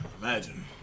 Imagine